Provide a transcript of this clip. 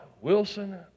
Wilson